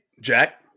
Jack